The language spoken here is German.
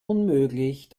unmöglich